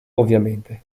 ovviamente